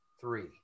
three